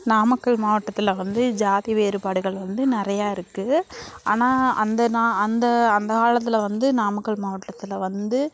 நாமக்கல் மாவட்டத்தில் வந்து ஜாதி வேறுபாடுகள் வந்து நிறையா இருக்குது ஆனால் அந்த நான் அந்த அந்த காலத்தில் வந்து நாமக்கல் மாவட்டத்தில் வந்து